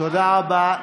תודה רבה.